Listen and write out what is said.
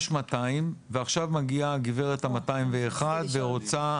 יש 200 ועכשיו מגיעה הגברת ה-201 ורוצה,